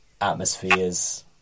atmospheres